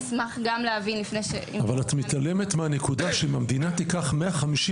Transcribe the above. אבל את מתעלמת מהנקודה שאם המדינה תיקח מאה חמישים